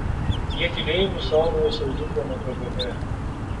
jie tylėjimu saugojo savo dukrą nuo kgb